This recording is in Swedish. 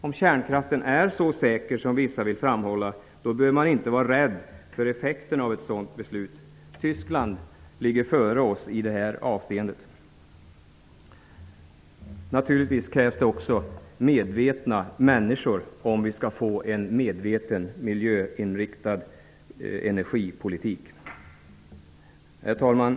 Om kärnkraften är så säker som vissa vill framhålla behöver man inte vara rädd för effekterna av ett sådant beslut. Tyskland ligger före oss i det här avseendet. Naturligtvis krävs det också medvetna människor för att vi skall få en medveten, miljöinriktad energipolitik. Herr talman!